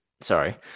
Sorry